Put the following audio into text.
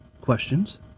questions